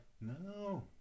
No